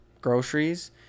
groceries